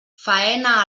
faena